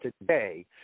today